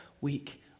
week